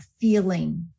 feeling